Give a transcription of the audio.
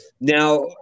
Now